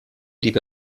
blieb